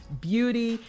beauty